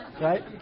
Right